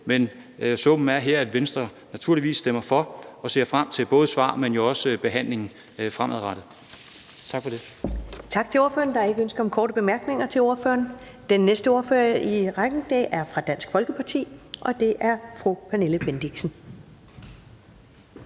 Men summen her er, at Venstre naturligvis stemmer for og ser frem til både svar og behandlingen fremadrettet. Tak for ordet.